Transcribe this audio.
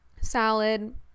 salad